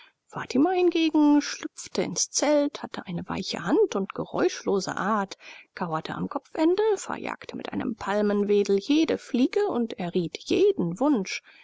fatima hingegen schlüpfte ins zelt hatte eine weiche hand und geräuschlose art kauerte am kopfende verjagte mit einem palmenwedel jede fliege und erriet jeden wunsch